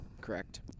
Correct